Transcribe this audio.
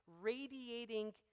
radiating